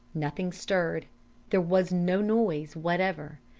nothing stirred there was no noise whatever,